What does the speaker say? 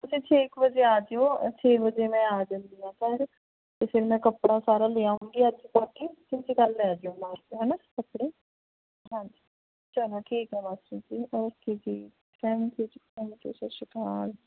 ਤੁਸੀਂ ਛੇ ਕੁ ਵਜੇ ਆ ਜਿਓ ਛੇ ਵਜੇ ਮੈਂ ਆ ਜਾਂਦੀ ਹਾਂ ਘਰ ਅਤੇ ਫਿਰ ਮੈਂ ਕੱਪੜਾ ਸਾਰਾ ਲੈ ਆਊਂਗੀ ਅੱਜ ਜਾ ਕੇ ਤੁਸੀਂ ਕੱਲ੍ਹ ਲੈ ਜਿਓ ਹੈ ਨਾ ਕੱਪੜੇ ਹਾਂਜੀ ਚਲੋ ਠੀਕ ਹੈ ਮਾਸਟਰ ਜੀ ਓਕੇ ਜੀ ਥੈਂਕ ਯੂ ਜੀ thank you Sat Sri Akal